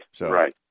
Right